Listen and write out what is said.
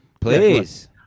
please